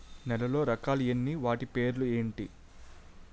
నేలలో రకాలు ఎన్ని వాటి పేర్లు ఏంటి?